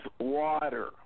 water